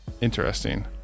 Interesting